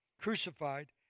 crucified